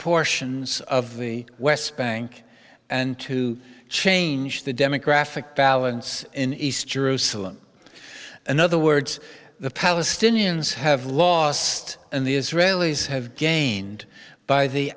portions of the west bank and to change the demographic balance in east jerusalem in other words the palestinians have lost and the israelis have gained by the